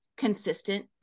consistent